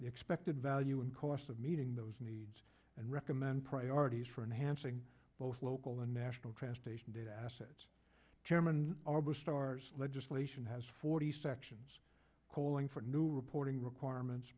the expected value and cost of meeting those needs and recommend priorities for an hansing both local and national transportation data assets chairman arbor starts legislation has forty sections calling for new reporting requirements